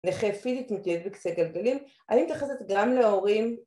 נכה פיזית, מתנייד על כסא גלגלים. אני מתייחסת גם להורים